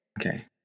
Okay